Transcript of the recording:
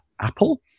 Apple